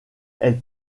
elle